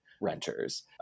renters